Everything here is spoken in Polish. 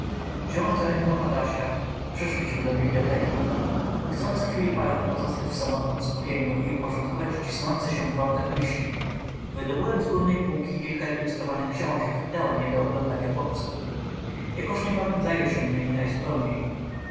wziąłem za rękę adasia i przeszliśmy do biblioteki chcąc chwil parę pozostać w samotnem skupieniu i uporządkować cisnące się gwałtem myśli wydobyłem z górnej półki kilka ilustrowanych książek i dałem je do oglądania chłopcu jakoż niebawem zajął się niemi najzupełniej usiadłem na